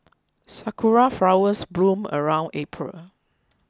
sakura flowers bloom around April